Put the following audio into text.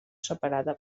separada